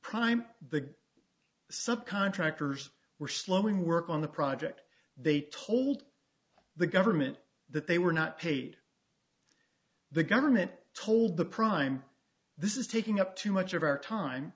prime the sub contractors were slowing work on the project they told the government that they were not paid the government told the prime this is taking up too much of our time